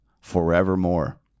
forevermore